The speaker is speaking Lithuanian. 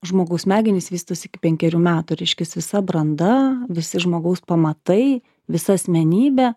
žmogaus smegenys vystosi iki penkerių metų reiškias visa branda visi žmogaus pamatai visa asmenybė